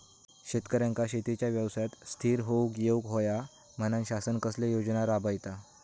शेतकऱ्यांका शेतीच्या व्यवसायात स्थिर होवुक येऊक होया म्हणान शासन कसले योजना राबयता?